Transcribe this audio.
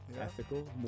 Ethical